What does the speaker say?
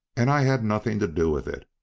and i had nothing to do with it.